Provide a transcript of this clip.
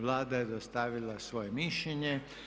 Vlada je dostavila svoje mišljenje.